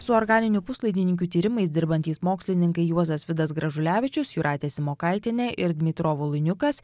su organinių puslaidininkių tyrimais dirbantys mokslininkai juozas vidas gražulevičius jūratė simokaitienė ir dmytro volyniukas